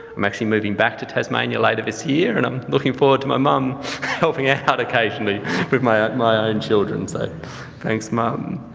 i'm actually moving back to tasmania later this year and i'm looking forward to my mum helping ah out occasionally with my ah own ah and children, so thanks, mum.